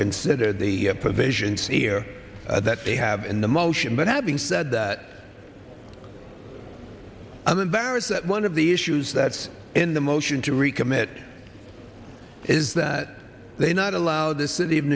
consider the provisions here that they have in the motion but having said that i'm embarrassed that one of the issues that's in the motion to recommit is that they not allow the city of